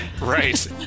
Right